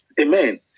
Amen